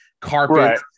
carpet